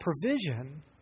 provision